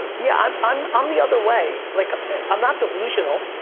yeah, i'm i'm um the other way, like i'm not delusional,